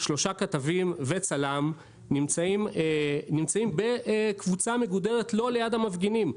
שלושה כתבים וצלם נמצאים בקבוצה מגודרת לא ליד המפגינים.